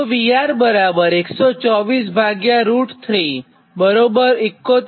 તો VR બરાબર 124√3 71